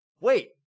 Wait